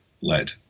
led